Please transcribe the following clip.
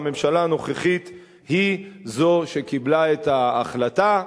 והממשלה הנוכחית היא זו שקיבלה את ההחלטה.